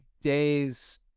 days